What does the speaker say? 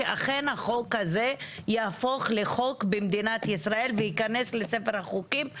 שאכן החוק הזה יהפוך לחוק במדינת ישראל וייכנס לספר החוקים,